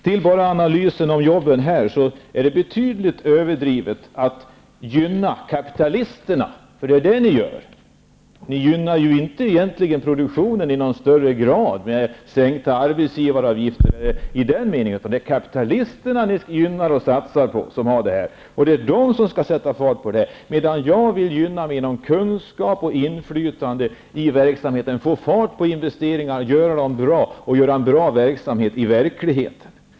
Beträffande analysen om jobben vill jag säga att det är betydligt överdrivet att gynna kapitalisterna, och det är det ni gör. Ni gynnar egentligen inte i någon större grad produktionen med sänkta arbetsgivaravgifter, utan det är kapitalisterna som ni gynnar och satsar på när det gäller att sätta fart på produktionen. Jag vill gynna mer av kunskap och inflytande i verksamheten och få fart på investeringarna för att få till stånd en bra verksamhet i praktiken.